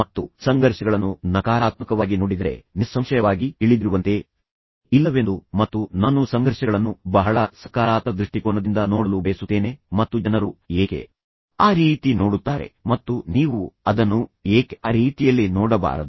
ಮತ್ತು ನೀವು ಸಂಘರ್ಷಗಳನ್ನು ನಕಾರಾತ್ಮಕವಾಗಿ ನೋಡಿದರೆ ನಿಸ್ಸಂಶಯವಾಗಿ ನಿಮಗೆ ತಿಳಿದಿರುವಂತೆ ನಾನು ಹೇಳುವುದು ಇಲ್ಲವೆಂದು ಮತ್ತು ನಾನು ಸಂಘರ್ಷಗಳನ್ನು ಬಹಳ ಸಕಾರಾತ್ಮಕ ದೃಷ್ಟಿಕೋನದಿಂದ ನೋಡಲು ಬಯಸುತ್ತೇನೆ ಮತ್ತು ಜನರು ಏಕೆ ಅದನ್ನು ಆ ರೀತಿ ನೋಡುತ್ತಾರೆ ಮತ್ತು ನೀವು ಅದನ್ನು ಏಕೆ ಆ ರೀತಿಯಲ್ಲಿ ನೋಡುತ್ತೀರಿ ಮತ್ತು ನೀವು ಅದನ್ನು ಏಕೆ ಆ ರೀತಿಯಲ್ಲಿ ನೋಡಬಾರದು